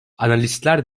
analistler